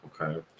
okay